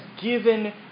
given